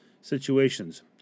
situations